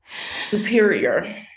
Superior